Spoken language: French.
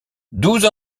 douze